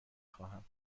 خواهم